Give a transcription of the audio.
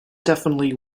definitely